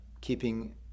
keeping